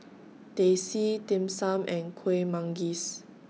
Teh C Dim Sum and Kuih Manggis